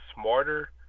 smarter